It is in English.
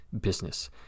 business